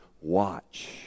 watch